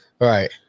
Right